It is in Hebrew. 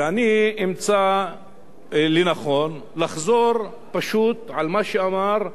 ואני מוצא לנכון לחזור פשוט על מה שאמר,